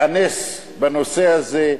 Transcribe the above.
תיאנס בנושא הזה,